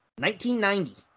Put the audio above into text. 1990